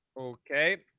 Okay